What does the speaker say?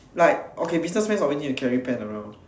like okay businessman always need carry pen around